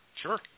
Sure